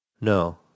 no